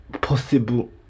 possible